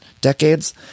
decades